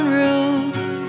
roots